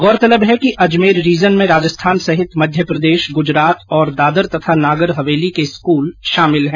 गौरतलब है कि अजमेर रीजन में राजस्थान सहित मध्यप्रदेश गुजरात और दादर तथा नागर हवेली के स्कूल शामिल हैं